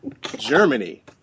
Germany